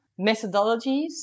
methodologies